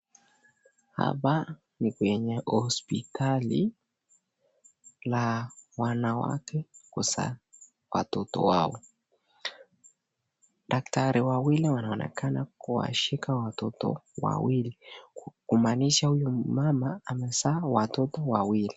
Hapa ni kwenye hospitali la wanawake kuzaa watoto wao. Daktari wawili wanaonekana kuwashika watoto wawili kumanisha huyu mama amezaa watoto wawili.